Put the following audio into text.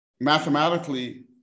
mathematically